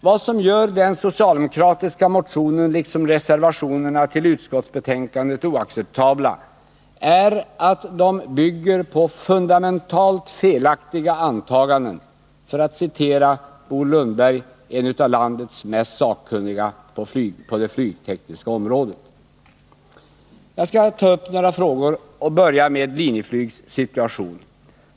Vad som gör den socialdemokratiska motionen liksom reservationerna till utskottsbetänkandet oacceptabla är — för att citera Bo Lundberg, en av landets mest sakkunniga på det flygtekniska området — att den bygger på fundamentalt felaktiga antaganden. Jag skall ta upp några av frågorna i det här ärendet, och jag börjar med Linjeflygs situation.